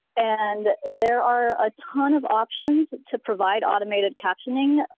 and there are a ton of options to provide automated captioning.